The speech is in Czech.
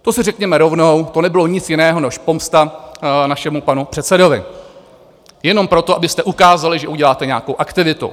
To si řekněme rovnou, to nebylo nic jiného než pomsta našemu panu předsedovi, jenom proto, abyste ukázali, že uděláte nějakou aktivitu.